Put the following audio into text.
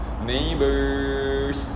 neighbours